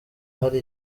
hari